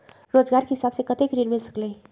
रोजगार के हिसाब से कतेक ऋण मिल सकेलि?